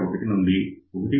1 నుండి 1